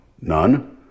none